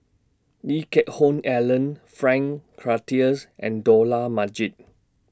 Lee Geck Hoon Ellen Frank Cloutier's and Dollah Majid